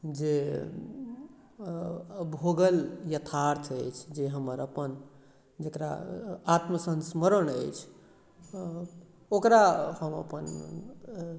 जे भोगल यथार्थ अछि जे हमर अपन जकरा आत्मसंस्मरण अछि ओकरा हम अपन